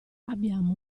abbiamo